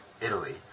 Italy